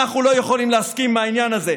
אנחנו לא יכולים להסכים עם נעניין הזה.